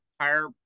Higher